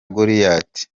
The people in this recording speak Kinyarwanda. goliyati